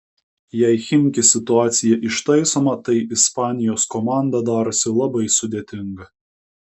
jei chimki situacija ištaisoma tai ispanijos komanda darosi labai sudėtinga